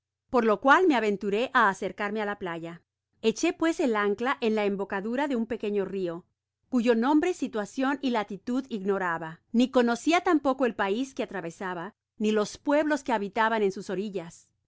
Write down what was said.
por lo cual me aventuré á acercarme á la playa eche pues el ancla en la embocadura de un pequeño rio cuyo nombre situacion y latitud ignoraba ni conocia tampoco el pais que atravesaba ni los pueblos que habitaban en sus orillas no